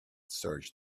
searched